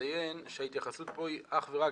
רציתי לציין שההתייחסות פה היא אך ורק